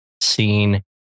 seen